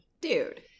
Dude